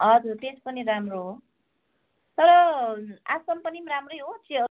हजुर टेस्ट पनि राम्रो हो तर आसाम पनि राम्रै हो चिया